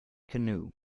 canoe